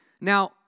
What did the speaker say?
Now